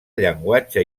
llenguatge